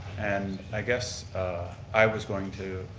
and, i guess i was going to,